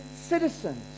citizens